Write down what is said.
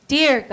Dear